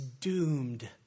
doomed